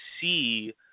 see